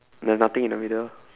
no nothing in the middle